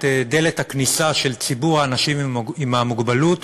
את דלת הכניסה של ציבור האנשים עם המוגבלות